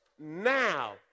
now